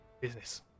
business